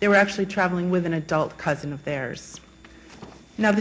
they were actually traveling with an adult cousin of theirs no